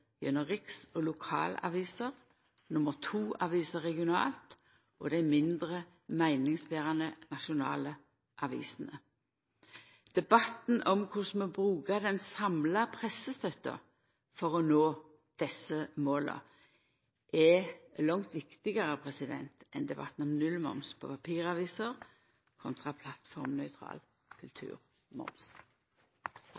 gjennom riks- og lokalaviser, nr. 2-aviser regionalt og dei mindre, meiningsberande nasjonale avisene. Debatten om korleis vi brukar den samla pressestøtta for å nå desse måla er langt viktigare enn debatten om nullmoms på